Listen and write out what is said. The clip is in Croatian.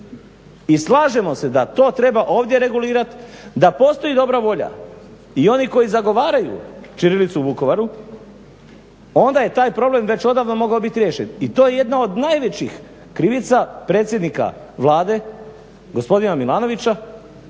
I slažemo se da to treba ovdje regulirati, da postoji dobra volja i oni koji zagovaraju ćirilicu u Vukovaru, onda je taj problem već odavno mogao biti riješen i to je jedna od najvećih krivica predsjednika Vlade, gospodina Milanovića